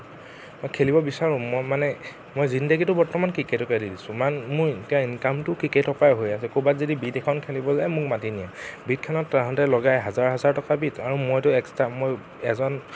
খেলিব বিচাৰোঁ মই মানে মই জিন্দেগীটো বৰ্তমান ক্ৰিকেটেই দি দিছোঁ ইমান মোৰ এতিয়া ইনকামটোও ক্ৰিকেটৰ পৰাই হৈ আছে ক'ৰবাত যদি এখন খেলিব যায় মোক মাতি নিয়ে বিটখনত লগায় হাজাৰ হাজাৰ টকাৰ বিট আৰু মইটো এক্সট্ৰা মই এজন